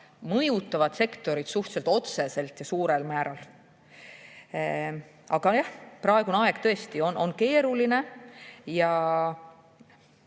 mõjutavad sektorit suhteliselt otseselt ja suurel määral. Aga jah, praegune aeg on tõesti keeruline.